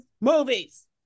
movies